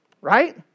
Right